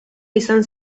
izan